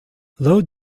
though